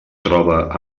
troba